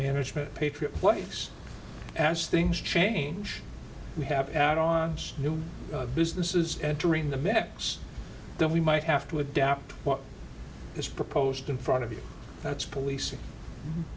management patriot place as things change we have out on new businesses entering the mix then we might have to adapt what is proposed in front of you that's policing